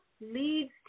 leads